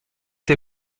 tes